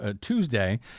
Tuesday